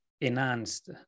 enhanced